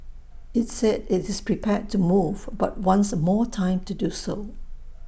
IT said IT is prepared to move but wants more time to do so